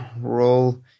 roll